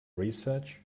research